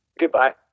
Goodbye